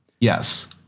Yes